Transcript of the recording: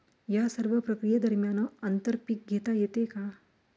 या सर्व प्रक्रिये दरम्यान आंतर पीक घेता येते का?